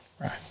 Right